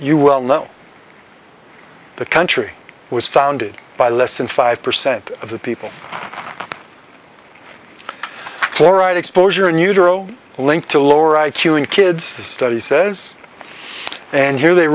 you well know the country was founded by less than five percent of the people fluoride exposure in utero linked to lower i q in kids the study says and here they